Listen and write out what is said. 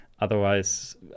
Otherwise